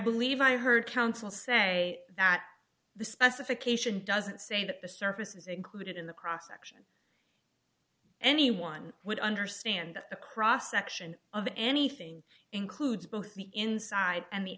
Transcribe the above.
believe i heard counsel say that the specification doesn't say that the surface is included in the cross action anyone would understand that the cross section of anything includes both the inside and the